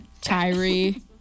Tyree